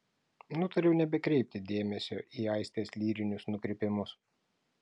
nutariau nebekreipti dėmesio į aistės lyrinius nukrypimus